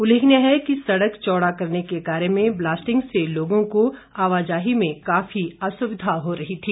उल्लेखनीय है कि सड़क चौड़ा करने के कार्य में ब्लास्टिंग से लोगों को आवाजाही में काफी असुविधा हो रही थी